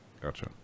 Gotcha